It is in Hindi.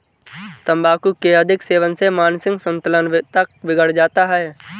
तंबाकू के अधिक सेवन से मानसिक संतुलन तक बिगड़ जाता है